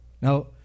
Now